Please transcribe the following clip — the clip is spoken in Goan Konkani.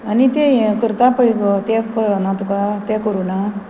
आनी तें हें करता पळय गो तें कळना तुका तें करूं ना